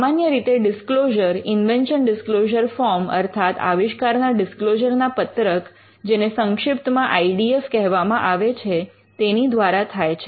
સામાન્ય રીતે disclosure invention disclosure form અર્થાત આવિષ્કારના ડિસ્ક્લોઝર ના પત્રક જેને સંક્ષિપ્તમાં આઇ ડી એફ કહેવામાં આવે છે તેની દ્વારા થાય છે